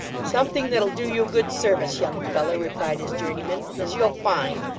something that'll do you good service, young feller replied his journeyman, as you'll find.